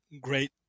great